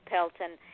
Pelton